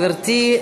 גברתי.